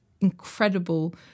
incredible